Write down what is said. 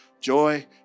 joy